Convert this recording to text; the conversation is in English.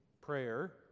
prayer